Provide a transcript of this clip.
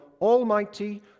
almighty